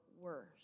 worse